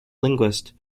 linguist